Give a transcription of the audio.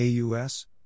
AUS